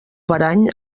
parany